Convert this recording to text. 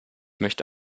möchte